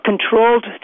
controlled